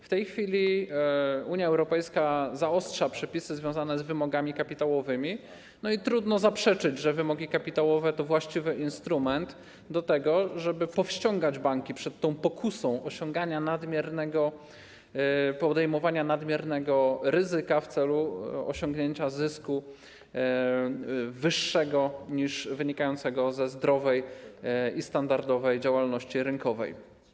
W tej chwili Unia Europejska zaostrza przepisy związane z wymogami kapitałowymi i trudno zaprzeczyć, że wymogi kapitałowe to właściwy instrument służący do tego, żeby powstrzymywać banki przed ulegnięciem pokusie podejmowania nadmiernego ryzyka w celu osiągnięcia zysku wyższego niż wynikający ze zdrowej i standardowej działalności rynkowej.